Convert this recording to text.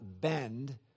bend